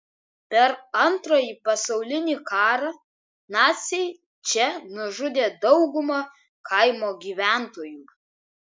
per antrąjį pasaulinį karą naciai čia nužudė daugumą kaimo gyventojų